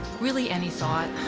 really any thought.